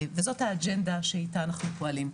וזאת האג'נדה שאיתה אנחנו פועלים.